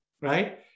right